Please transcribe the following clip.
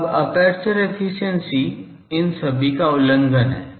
अब aperture efficiency इन सभी का उल्लंघन है